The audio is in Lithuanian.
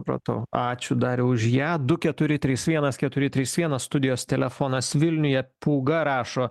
supratau ačiū dariau už ją du keturi trys vienas keturi trys vienas studijos telefonas vilniuje pūga rašo